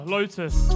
Lotus